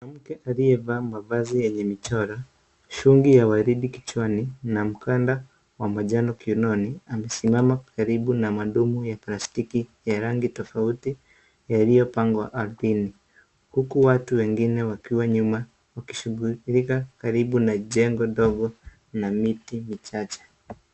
Mwanamke aliyevaa mavazi yenye michoro, shungi ya waridi kichwani na mkanda wa manjano kiunoni. Amesimama karibu na mandoo ya plastiki yaliyopangwa ardhini. Watu wengine wakiwa nyuma wakishughulikia karibu na jengo dogo na miti michache.